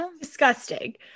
Disgusting